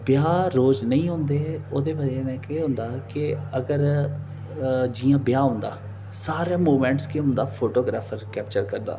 ब्याह् रोज नेईं होंदे ओह्दी बजह कन्नै केह् होंदा कि अगर जियां ब्याह् होंदा सारे मूवमैंटस केह् होंदा फोटोग्राफर कैप्चर करदा